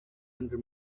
under